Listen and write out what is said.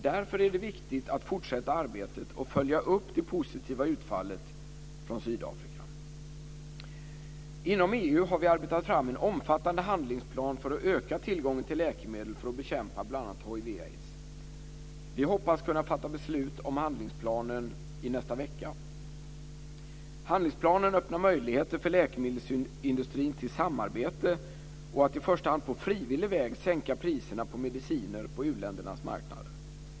Därför är det viktigt att fortsätta arbetet och följa upp det positiva utfallet från Sydafrika. Inom EU har vi arbetat fram en omfattande handlingsplan för att öka tillgången till läkemedel för att bekämpa bl.a. hiv/aids. Vi hoppas kunna fatta beslut om handlingsplanen nästa vecka. Handlingsplanen öppnar möjligheter för läkemedelsindustrin till samarbete och till att i första hand på frivillig väg sänka priserna på mediciner på uländernas marknader.